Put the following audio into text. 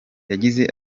yagize